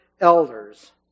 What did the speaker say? elders